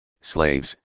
slaves